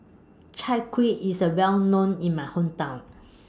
Chai Kuih IS A Well known in My Hometown